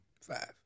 Five